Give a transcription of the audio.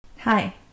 Hi